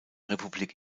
republik